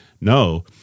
No